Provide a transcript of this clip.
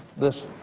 this